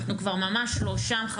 אנחנו כבר ממש לא שם.